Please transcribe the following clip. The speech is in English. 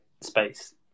space